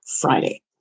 Friday